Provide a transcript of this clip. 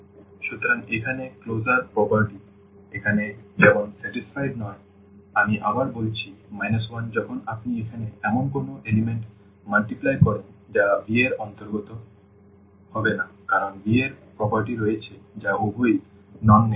সুতরাং এখানে এই ক্লোজার প্রপার্টি এখানে যেমন সন্তুষ্ট নয় আমি আবার বলেছি 1 যখন আপনি এখানে এমন কোনও উপাদান গুণ করেন যা V এর অন্তর্ভুক্ত হবে না কারণ V এর বৈশিষ্ট্য রয়েছে যা উভয় non negative